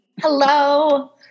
Hello